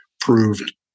proved